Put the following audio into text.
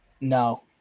no